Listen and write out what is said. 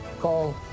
Call